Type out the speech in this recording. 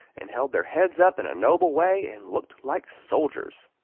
and held their heads up in a noble way, and looked like soldiers.